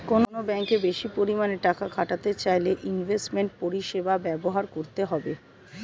কোনো ব্যাঙ্কে বেশি পরিমাণে টাকা খাটাতে চাইলে ইনভেস্টমেন্ট পরিষেবা ব্যবহার করতে হবে